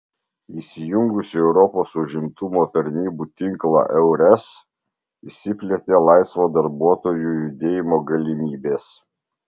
įsijungus į europos užimtumo tarnybų tinklą eures išsiplėtė laisvo darbuotojų judėjimo galimybės